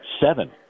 seven